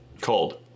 Cold